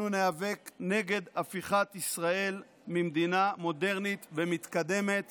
אנחנו ניאבק נגד הפיכת מדינת ישראל ממדינה מודרנית ומתקדמת